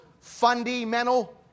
fundamental